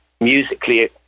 musically